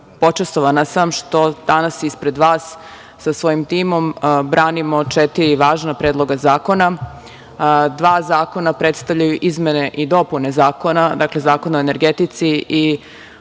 Počastvovana sam što danas ispred vas sa svojim timom branimo četiri važna predloga zakona, dva zakona predstavljaju izmene i dopune zakona, dakle Zakona o energetici i Zakona